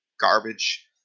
garbage